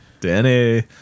Danny